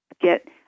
get